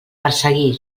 perseguir